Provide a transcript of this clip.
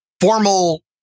formal